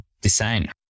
design